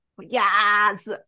yes